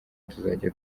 tuzajya